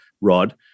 Rod